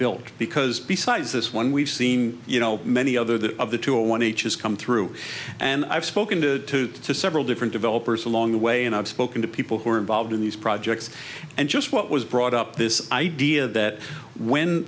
built because besides this one we've seen you know many other that of the two a one each has come through and i've spoken to several different developers along the way and i've spoken to people who are involved in these projects and just what was brought up this idea that when